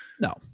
no